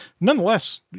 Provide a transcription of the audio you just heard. nonetheless